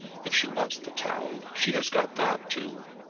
if she wants de town, she has got that too.